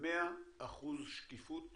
ב-100% שקיפות